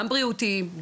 גם בריאותיים,